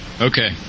Okay